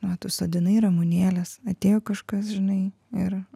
na tu sodinai ramunėlės atėjo kažkas žinai ir